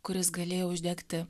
kuris galėjo uždegti